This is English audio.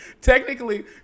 Technically